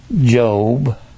Job